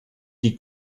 die